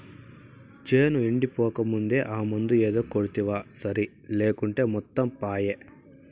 చేను ఎండిపోకముందే ఆ మందు ఏదో కొడ్తివా సరి లేకుంటే మొత్తం పాయే